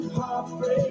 heartbreak